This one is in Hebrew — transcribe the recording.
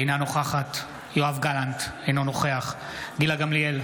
אינה נוכחת יואב גלנט, אינו נוכח גילה גמליאל,